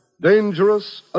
Dangerous